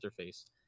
interface